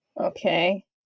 okay